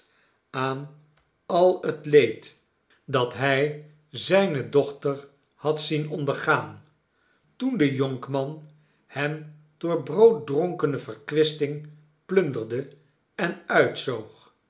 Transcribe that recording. aan al het leed dat hij zijne dochter had zien ondergaan toen de jonkman hem door brooddronkene verkwisting plunder de en